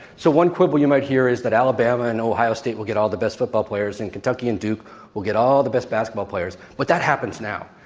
so, one quibble you might hear is that alabama and ohio state will get all the best football players and kentucky and duke will get all the best basketball players. but that happens now.